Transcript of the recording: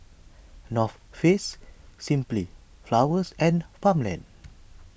North Face Simply Flowers and Farmland